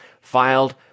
filed